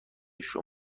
شما